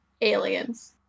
aliens